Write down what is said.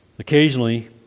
occasionally